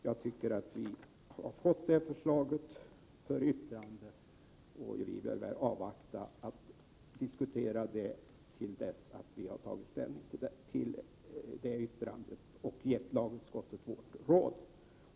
Jag vill säga till henne: Vi har fått det förslaget för yttrande och bör avvakta att diskutera det till dess vi har tagit ställning och gett lagutskottet vårt råd.